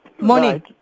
morning